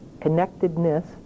connectedness